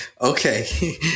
Okay